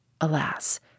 Alas